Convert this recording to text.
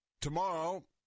Tomorrow